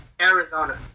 arizona